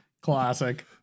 Classic